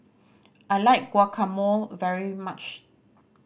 I like Guacamole very much